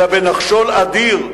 אלא בנחשול אדיר,